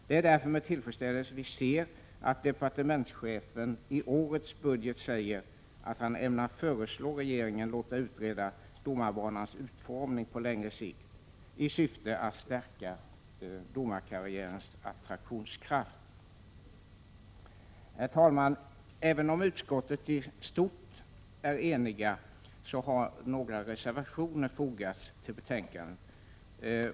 Det är därför med tillfredsställelse vi läser i årets budget att departementschefen ämnar föreslå regeringen att utreda domarbanans utformning på längre sikt i syfte att stärka domarkarriärens attraktionskraft. Herr talman! Även om utskottet har varit i stort sett enigt har några reservationer fogats till betänkandet.